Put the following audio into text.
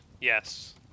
Yes